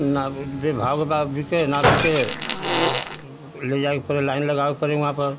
ना बे भाव के भाव बिके न बिके लइ जाकर पहले लाइन लगावे कर परे वहाँ पर